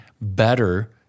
Better